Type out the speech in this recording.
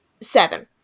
seven